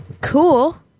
Cool